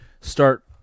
start